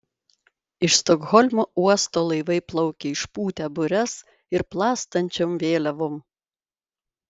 iš stokholmo uosto laivai plaukia išpūtę bures ir plastančiom vėliavom